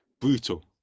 brutal